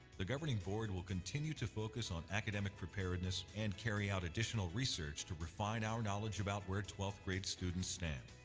the governing board will continue to focus on academic preparedness and carry out additional research to refine our knowledge about where twelfth grade students stand.